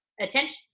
attention